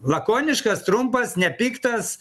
lakoniškas trumpas nepiktas